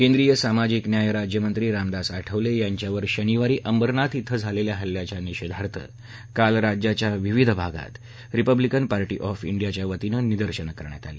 केंद्रीय सामाजिक न्याय राज्यमंत्री रामदास आठवलख्रिंच्यावर शनिवारी अंबरनाथ इथं झालख्खा हल्ल्याच्या निषद्वार्थ काल राज्याच्या विविध भागात रिपब्लिकन पार्शी ऑफ इंडियाच्या वतीन जिदर्शनं करण्यात आली